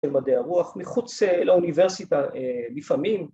‫של מדעי הרוח מחוץ לאוניברסיטה לפעמים.